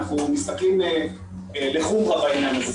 אנחנו מסתכלים לחומרה בעניין הזה.